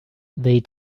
they